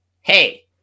hey